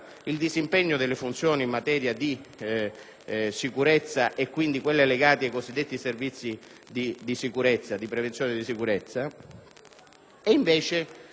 il disimpegno delle funzioni in materia di sicurezza, quindi legate ai cosiddetti servizi di prevenzione e sicurezza.